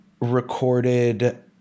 recorded